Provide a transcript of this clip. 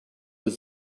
was